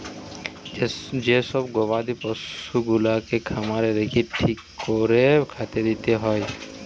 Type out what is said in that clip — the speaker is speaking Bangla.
যে সব গবাদি পশুগুলাকে খামারে রেখে ঠিক কোরে খেতে দিতে হয়